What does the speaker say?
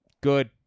good